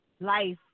Life